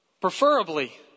Preferably